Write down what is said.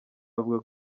avuga